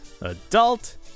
Adult